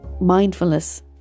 mindfulness